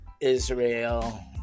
Israel